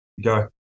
Go